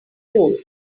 told